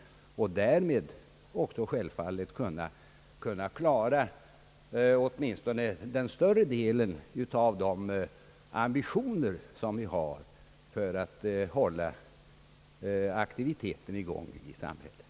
Därmed har vi också självfallet kunnat klara åtminstone större delen av de ambitioner som vi har för att hålla aktiviteten i gång i samhället.